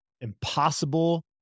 impossible